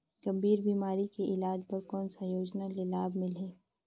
गंभीर बीमारी के इलाज बर कौन सा योजना ले लाभ मिलही?